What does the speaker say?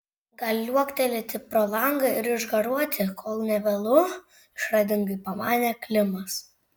gal liuoktelėti pro langą ir išgaruoti kol ne vėlu išradingai pamanė klimas